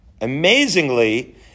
amazingly